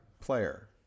player